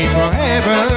forever